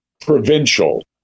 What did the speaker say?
provincial